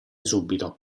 subito